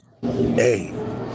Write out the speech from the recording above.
hey